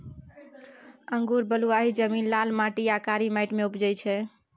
अंगुर बलुआही जमीन, लाल माटि आ कारी माटि मे उपजै छै